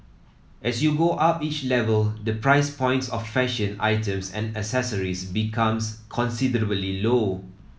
as you go up each level the price point of fashion items and accessories becomes considerably low